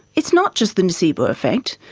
it's not just the nocebo effect,